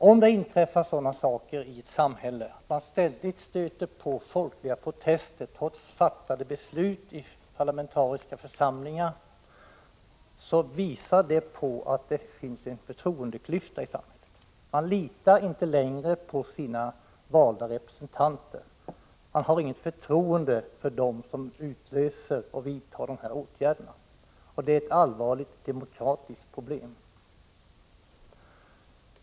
Om man i ett samhälle ständigt stöter på folkliga protester trots att besluten är fattade i parlamentariska församlingar, visar det att det finns en förtroendeklyfta i samhället. Medborgarna litar inte längre på sina valda representanter. De har inget förtroende för dem som utlöser och vidtar de åtgärder det är fråga om. Detta är ett allvarligt demokratiskt problem.